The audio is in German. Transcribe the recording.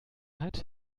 hat